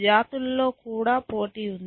జాతులలో కూడా పోటీ ఉంది